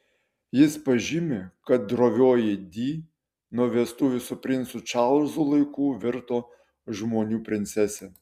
jis pažymi kad drovioji di nuo vestuvių su princu čarlzu laikų virto žmonių princese